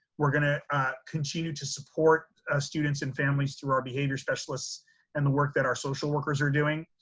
we're gonna continue to support ah students and families through our behavior specialists and the work that our social workers are doing.